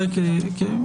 אם